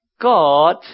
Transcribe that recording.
God